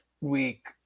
week